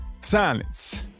silence